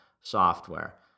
software